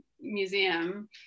museum